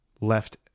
left